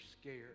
scared